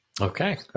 Okay